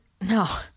no